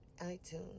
iTunes